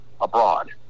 abroad